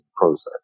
process